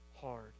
hard